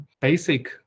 basic